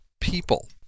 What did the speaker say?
people